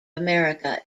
america